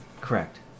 Correct